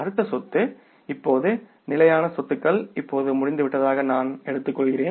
அடுத்த சொத்து இப்போது நிலையான சொத்துக்கள்முடிந்துவிட்டதாக நான் எடுத்துக்கொள்கிறேன்